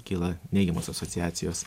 kyla neigiamos asociacijos